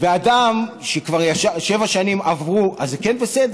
אבל אדם שכבר שבע שנים עברו, אז זה כן בסדר?